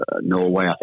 Norway